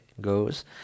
goes